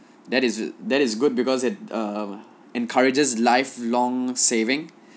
that is that is good because it uh encourages lifelong saving